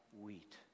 wheat